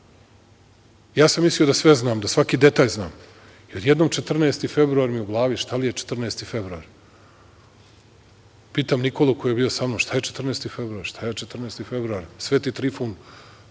Ja sam mislio da sve znam, da svaki detalj znam, i odjednom 14. februar mi u glavi, šta li je 14. februar? Pitam Nikolu koji je bio sa mnom šta je 14. februar, šta je 14. februar, Sveti Trifun?